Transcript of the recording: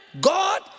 God